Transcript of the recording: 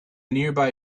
nearby